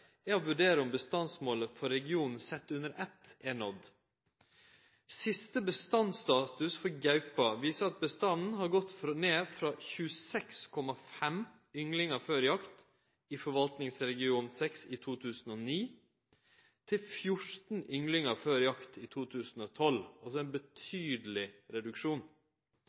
er å vurdere om bestandsmålet for regionen sett under eitt er nådd. Siste bestandsstatus for gaupa viser at bestanden har gått ned frå 26,5 ynglingar før jakt i forvaltningsregion 6 i 2009 til 14 ynglingar før jakt i 2012 – altså ein betydeleg reduksjon.